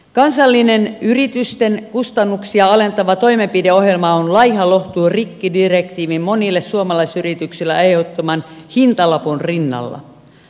kansallinen yritysten kustannuksia alentava toimenpideohjelma on laiha lohtu rikkidirektiivin monille suomalaisyrityksille aiheuttaman hintalapun rinnalla